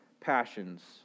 passions